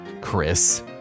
Chris